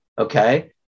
okay